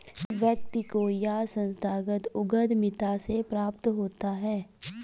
व्यक्ति को यह संस्थागत उद्धमिता से प्राप्त होता है